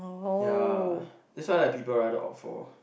yeah that's why like people rather opt for